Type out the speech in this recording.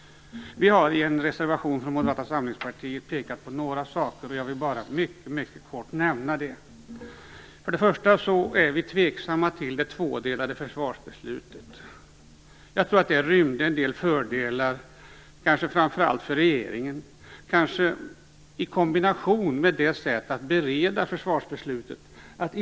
Vi har i en reservation från Moderata samlingspartiet pekat på några saker. Jag vill bara mycket kort nämna detta. Vi är tveksamma till det tvådelade försvarsbeslutet. Jag tror att det rymde en del fördelar, kanske framför allt för regeringen, i kombination med det sätt på vilket försvarsbeslutet bereddes.